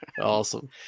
Awesome